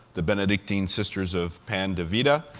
the benedictine sisters of pan de vida,